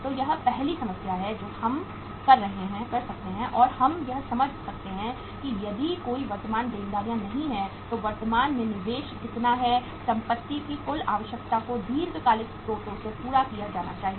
तो यह पहली समस्या है जो हम कर सकते हैं और हम यह समझ सकते हैं कि यदि कोई वर्तमान देनदारियाँ नहीं हैं तो वर्तमान में निवेश कितना है संपत्ति की कुल आवश्यकता को दीर्घकालिक स्रोतों से पूरा किया जाना चाहिए